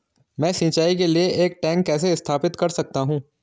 मैं सिंचाई के लिए एक टैंक कैसे स्थापित कर सकता हूँ?